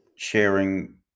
Sharing